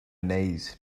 knees